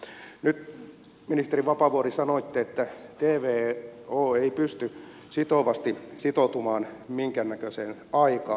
nyt ministeri vapaavuori sanoitte että tvo ei pysty sitovasti sitoutumaan minkäännäköiseen aikaan tässä